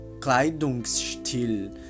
Kleidungsstil